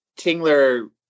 Tingler